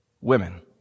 women